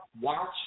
Watch